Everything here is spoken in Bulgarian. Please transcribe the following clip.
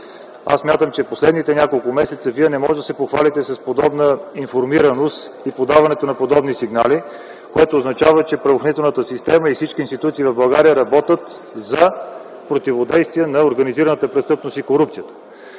аз смятам, че последните няколко месеца вие не можете да се похвалите с подобна информираност и подаването на подобни сигнали, което означава, че правоохранителната система и всички институции в България работят за противодействие на организираната престъпност и корупцията.